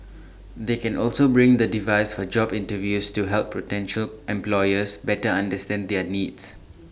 they can also bring the device for job interviews to help potential employers better understand their needs